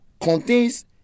contains